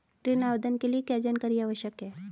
ऋण आवेदन के लिए क्या जानकारी आवश्यक है?